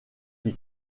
qui